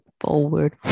forward